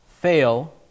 fail